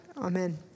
Amen